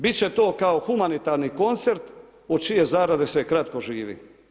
Bit će to kao humanitarni koncert od čije zarade se kratko živi.